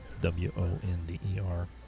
W-O-N-D-E-R